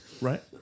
right